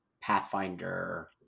Pathfinder